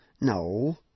No